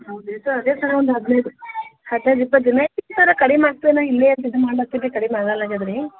ಹೌದ್ರಿ ಸರ್ ಅದೇ ಸರ್ ಒಂದು ಹದಿನೈದು ಹದ್ನೈದಿಪ್ಪತ್ದಿನ ಆಯ್ತು ರೀ ಸರ್ ಕಡಿಮೆ ಆಗ್ತಲೇ ಇಲ್ಲ ಇದನ್ನು ಮಾಡ್ಲಾಕತ್ತೀನಿ ಕಡಿಮೆ ಆಗೋಲ್ಲ ಆಗಿದೆ ರೀ